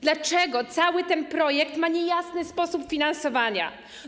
Dlaczego cały ten projekt ma niejasny sposób finansowania?